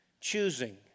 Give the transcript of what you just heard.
choosing